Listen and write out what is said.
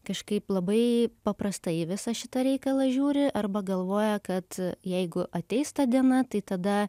kažkaip labai paprastai į visą šitą reikalą žiūri arba galvoja kad jeigu ateis ta diena tai tada